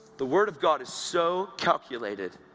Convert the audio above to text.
the word of god is so calculated,